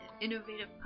Innovative